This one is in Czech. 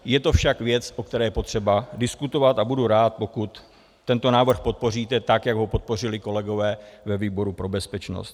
Je to však věc, o které je potřeba diskutovat, a budu rád, pokud tento návrh podpoříte, tak jak ho podpořili kolegové ve výboru pro bezpečnost.